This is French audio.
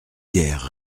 guère